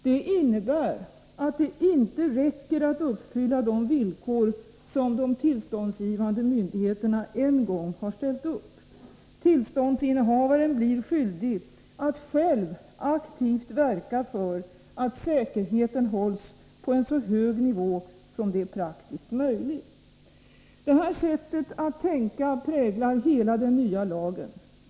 Det innebär att det inte räcker att uppfylla de villkor som de tillståndsgivande myndigheterna en gång har ställt upp. Tillståndsinnehavaren blir skyldig att själv aktivt verka för att säkerheten hålls på en så hög nivå som det är praktiskt möjligt. Det här sättet att tänka präglar genomgående den nya lagen.